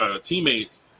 teammates